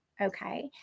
Okay